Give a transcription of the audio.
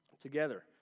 together